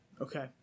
Okay